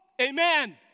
Amen